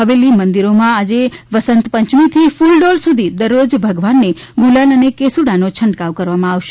હવેલી મંદિરોમાં આજે વસંતપંચમીથી કુલડોલ સુધી દરરોજ ભગવાનને ગુલાલ અને કેસુડાનો છંટકાવ કરવામાં આવશે